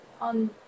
on